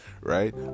right